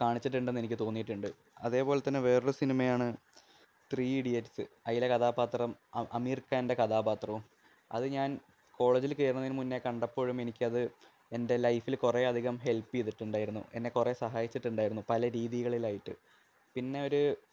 കാണിച്ചിട്ടുണ്ടെന്ന് എനിക്ക് തോന്നിയിട്ടുണ്ട് അതേപോലെത്തന്നെ വേറൊരു സിനിമയാണ് ത്രീ ഇഡിയറ്റ്സ് അതിലെ കഥാപാത്രം അ അമീർ ഖാൻ്റെ കഥാപത്രവും അതു ഞാൻ കോളേജിൽ കയറുന്നതിനു ന മുൻപേ കണ്ടപ്പോഴും എനിക്കത് എൻ്റെ ലൈഫിൽ കുറേയധികം ഹെൽപ്പ് ചെയ്തിട്ടുണ്ടായിരുന്നു എന്നെ കുറെ സഹായിച്ചിട്ടുണ്ടായിരുന്നു പല രീതികളിലായിട്ട് പിന്നെ ഒരു